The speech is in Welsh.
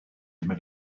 mewn